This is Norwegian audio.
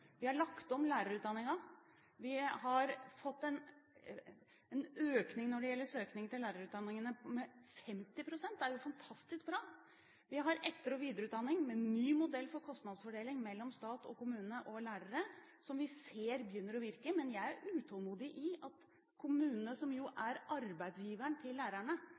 Vi har lagt om lærerutdanningen. Vi har fått en økning i søkningen til lærerutdanningene med 50 pst. Det er jo fantastisk bra. Vi har etter- og videreutdanning med ny modell for kostnadsfordeling mellom stat og kommune og lærere som vi ser begynner å virke, men jeg er utålmodig etter at kommunene, som jo er arbeidsgiverne til lærerne,